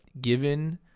given